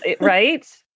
right